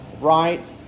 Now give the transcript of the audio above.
right